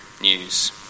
news